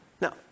now